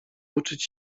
uczyć